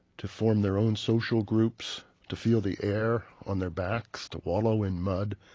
to form their own social groups, to feel the air on their backs, to wallow in mud.